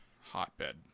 hotbed